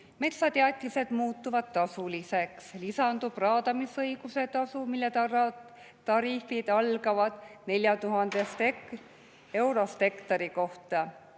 Metsateatised muutuvad tasuliseks, lisandub raadamisõiguse tasu, mille tariifid algavad 4000 eurost hektari kohta.